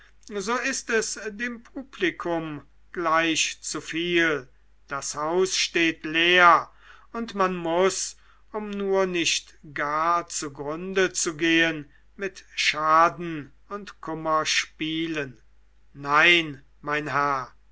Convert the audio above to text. so ist es dem publikum gleich zuviel das haus steht leer und man muß um nur nicht gar zugrunde zu gehen mit schaden und kummer spielen nein mein herr